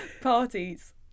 parties